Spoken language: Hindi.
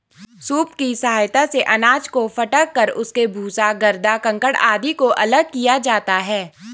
सूप की सहायता से अनाज को फटक कर उसके भूसा, गर्दा, कंकड़ आदि को अलग किया जाता है